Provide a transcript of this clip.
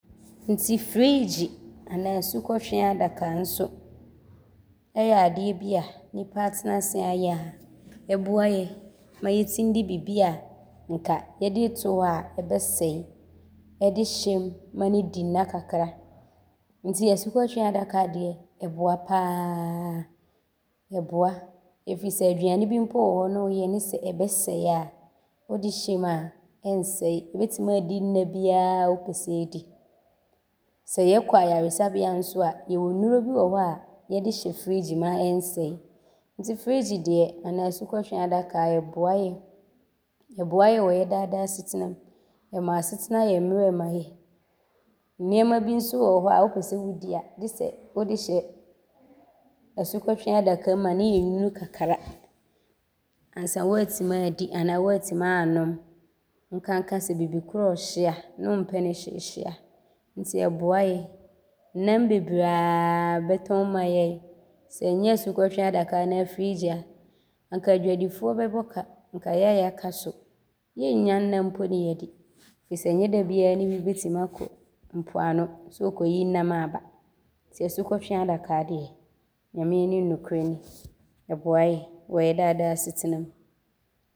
Nti friigyi anaa asukɔtwea adaka so yɛ adeɛ bi a nnipa atena ase ayɛ a ɔboa yɛ ma yɛtim de bibi a nka yɛde to hɔ a ɔbɛsɛe de hyɛm ma no di nna kakra. Nti asukɔtwea adaka deɛ, ɔyɛ pa ara, ɔboa firi sɛ aduane bi mpo wɔ hɔ ne woyɛ ne sɛ ɔbɛsɛe a, wode hyɛm a ɔnsɛe, ɔbɛtim aadi nna biara a wopɛ sɛ ɔdi. Sɛ wokɔ ayaresabea so a, bɛwɔ nnuro bi wɔ hɔ a bɛde hyɛ friigyi mu a ɔnsɛe nti friigyi deɛ anaa asukɔtwea adaka, ɔboa yɛ. Ɔboa yɛ wɔ yɛ daadaa asetenam. Ɔma asetena yɛ mmrɛ ma yɛ. nnoɔma bi nso wɔ hɔ a, wopɛ sɛ wodi a gye sɛ wode hyɛ asukɔtwea adaka mu ma no yɛ nwunu kakra ansa waatim aadi anaa waatim aanom nkanka sɛ bibi korɔ ɔɔhye a ne wompɛ no hyeehyee a nti ɔboa yɛ. Nnam bebree a bɛtɔn ma yɛ sɛ nyɛ asukɔtwea adaka anaa friigyi a, nka adwadifoɔ bɛbɔ ka, nka yɛ a yɛaka so yɛnnya nnam mpo ne yɛadi firi sɛ nyɛ dabiara ne bi bɛtim akɔ mpoano sɛ ɔrekɔyi nnam aaba nti asukɔtwea adaka deɛ, Nyame anim nokorɛ nie, ɔboa yɛ wɔ yɛ daadaa asetenam.